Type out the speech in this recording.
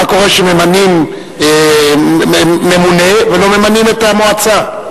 מה קורה כשממנים ממונה ולא ממנים את המועצה.